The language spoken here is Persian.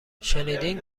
شنیدین